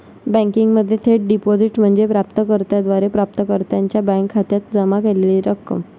बँकिंगमध्ये थेट डिपॉझिट म्हणजे प्राप्त कर्त्याद्वारे प्राप्तकर्त्याच्या बँक खात्यात जमा केलेली रक्कम